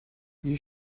you